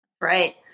Right